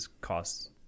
costs